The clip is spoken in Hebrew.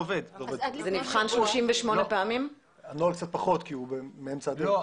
הנוהל קצת פחות, כי הוא היה באמצע הדרך.